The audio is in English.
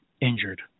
injured